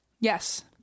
Yes